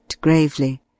gravely